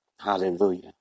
Hallelujah